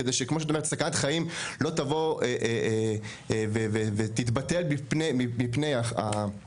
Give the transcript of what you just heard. כדי שכמו שאת אומרת סכנת חיים לא תבוא ותתבטל מפני המיזם?